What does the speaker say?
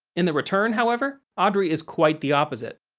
in the return however, audrey is quite the opposite.